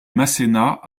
masséna